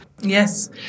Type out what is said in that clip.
Yes